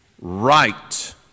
right